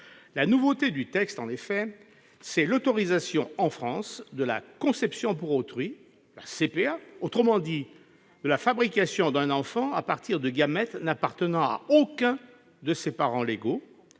introduite par le texte, en effet, c'est l'autorisation en France de la « conception pour autrui », la CPA, autrement dit de la fabrication d'un enfant à partir de gamètes n'appartenant à aucun de ses parents légaux